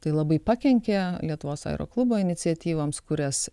tai labai pakenkė lietuvos aeroklubo iniciatyvoms kurias